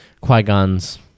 Qui-Gon's